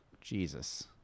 Jesus